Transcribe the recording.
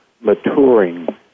maturing